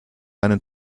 einen